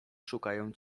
szukają